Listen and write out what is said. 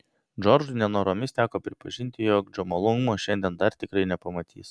džordžui nenoromis teko pripažinti jog džomolungmos šiandien dar tikrai nepamatys